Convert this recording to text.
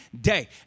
day